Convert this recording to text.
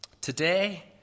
Today